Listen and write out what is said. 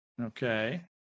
Okay